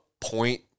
point